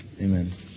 Amen